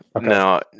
no